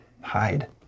hide